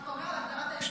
אתה מדבר על הגדרת הארגון?